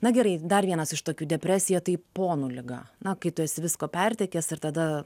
na gerai dar vienas iš tokių depresija tai ponų liga na kai tu esi visko pertekęs ir tada